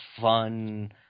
fun